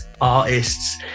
Artists